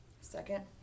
Second